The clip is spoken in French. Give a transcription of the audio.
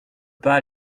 pas